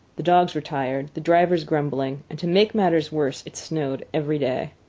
the dogs were tired, the drivers grumbling, and to make matters worse, it snowed every day.